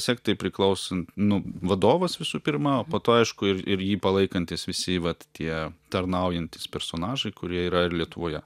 sektai priklausant nu vadovas visų pirma o po to aišku ir ir jį palaikantys visi vat tie tarnaujantys personažai kurie yra ir lietuvoje